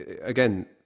again